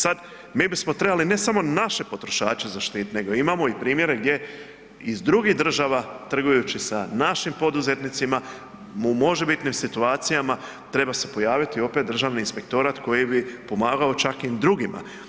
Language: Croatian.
Sad mi bismo trebali ne samo naše potrošače zaštitit, nego imamo i primjere gdje iz drugih država trgujući sa našim poduzetnicima u možebitnim situacijama treba se pojaviti opet državni inspektorat koji bi pomagao čak i drugima.